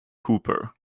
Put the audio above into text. cooper